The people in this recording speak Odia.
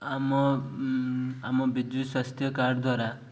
ଆମ ଆମ ବିଜୁ ସ୍ୱାସ୍ଥ୍ୟ କାର୍ଡ଼ ଦ୍ୱାରା